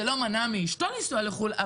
זה לא מנע מאשתו לנסוע לחו"ל.